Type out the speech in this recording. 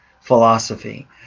philosophy